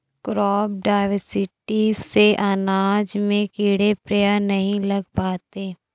crop diversity से अनाज में कीड़े प्रायः नहीं लग पाते हैं